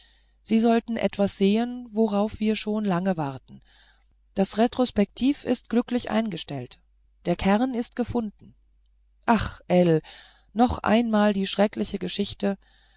sie sollen etwas sehen worauf wir schon lange warten das retrospektiv ist glücklich eingestellt der cairn ist gefunden ach ell noch einmal die schreckliche geschichte